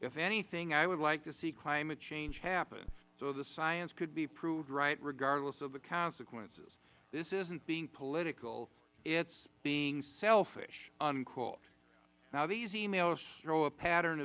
if anything i would like to see climate change happen so the science could be proved right regardless of the consequences this isn't being political it is being selfish unquote now these e mails show a pattern